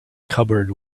cupboard